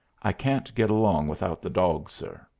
i can't get along without the dawg, sir.